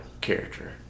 character